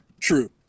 True